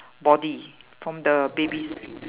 body from the baby's